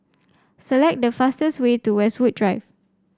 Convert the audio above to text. select the fastest way to Westwood Drive